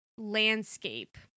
Landscape